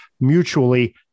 mutually